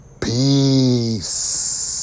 Peace